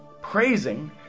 praising